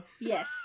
Yes